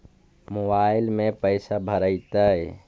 Mobile में पैसा भरैतैय?